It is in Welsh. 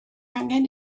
angen